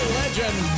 legend